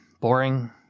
Boring